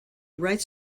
right